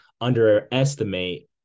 underestimate